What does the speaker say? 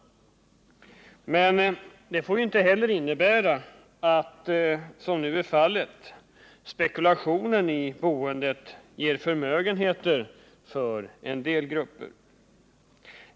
Men det får inte heller innebära att spekulationen i boendet ger förmögenheter för en del grupper, som nu är fallet.